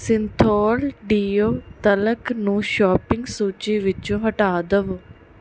Cinthol deo talc ਨੂੰ shopping ਸੂਚੀ ਵਿੱਚੋਂ ਹਟਾ ਦਵੋ